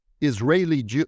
Israeli